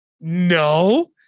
No